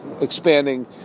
expanding